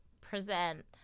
present